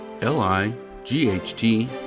L-I-G-H-T